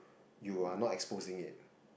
you are not exposing it